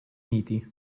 uniti